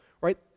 right